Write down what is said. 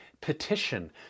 petition